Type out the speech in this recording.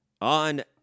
On